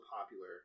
popular